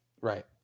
Right